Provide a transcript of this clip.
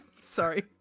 Sorry